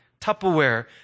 Tupperware